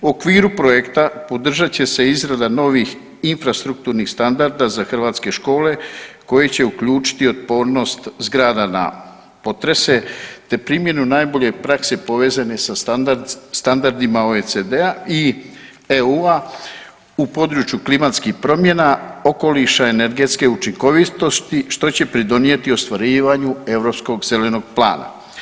U okviru projekta podržat će se izrada novih infrastrukturnih standarda za hrvatske škole koji će uključiti otpornost zgrada na potrese, te primjenu najbolje prakse povezane sa standardima OECD-a i EU-a u području klimatskih promjena okoliša, energetske učinkovitosti što će pridonijeti ostvarivanju europskog zelenog plana.